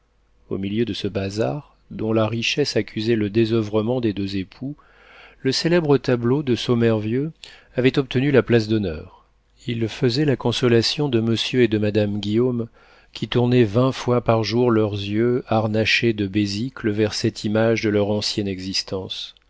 au milieu de ce bazar dont la richesse accusait le désoeuvrement des deux époux le célèbre tableau de sommervieux avait obtenu la place d'honneur il faisait la consolation de monsieur et de madame guillaume qui tournaient vingt fois par jour les yeux harnachés de bésicles vers cette image de leur ancienne existence